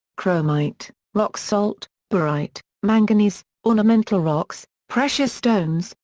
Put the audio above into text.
chromite, rock salt, barite, manganese, ornamental rocks, precious stones,